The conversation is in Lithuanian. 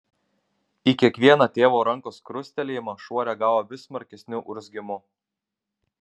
į kiekvieną tėvo rankos krustelėjimą šuo reagavo vis smarkesniu urzgimu